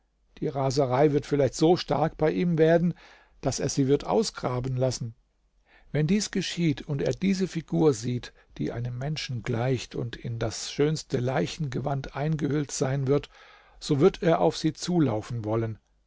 die raserei wird vielleicht so stark bei ihm werden daß er sie wird ausgraben lassen wenn dies geschieht und er diese figur sieht die einem menschen gleicht und in das schönste leichengewand eingehüllt sein wird so wird er auf sie zulaufen wollen